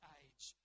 age